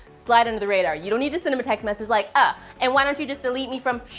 slide under the radar. you don't need to send him a text message like, ah, and why don't you just delete me from. shhh.